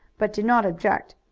but did not object.